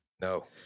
No